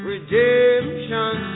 Redemption